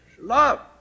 Love